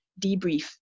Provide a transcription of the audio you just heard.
debrief